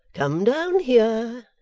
come down here